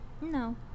No